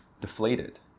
deflated